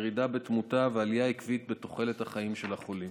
ירידה בתמותה ועלייה עקבית בתוחלת החיים של החולים.